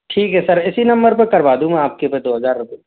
ठीक है सर इसी नम्बर पर करवा दूंगा आपके पर दो हज़ार रुपये